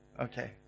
Okay